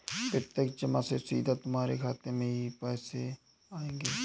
प्रत्यक्ष जमा से सीधा तुम्हारे खाते में ही पैसे आएंगे